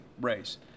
race